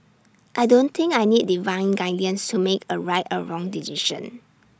I don't think I need divine guidance to make A right or wrong decision